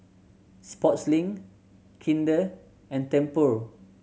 Sportslink Kinder and Tempur